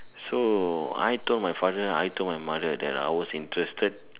so I told my father and I told my mother that I was interested